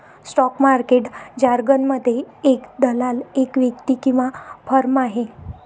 stock market जारगनमध्ये, एक दलाल एक व्यक्ती किंवा फर्म आहे